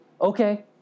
Okay